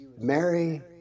Mary